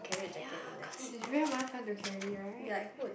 ya cause is very 麻烦:mafan to carry right